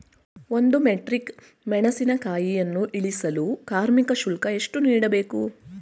ಒಂದು ಮೆಟ್ರಿಕ್ ಮೆಣಸಿನಕಾಯಿಯನ್ನು ಇಳಿಸಲು ಕಾರ್ಮಿಕ ಶುಲ್ಕ ಎಷ್ಟು ನೀಡಬೇಕು?